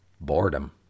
boredom